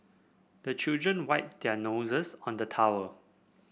the children wipe their noses on the towel